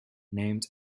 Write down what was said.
named